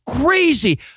crazy